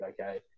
okay